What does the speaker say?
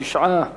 תשעה בעד.